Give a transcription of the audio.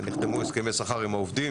נחתמו הסכמי שכר עם העובדים,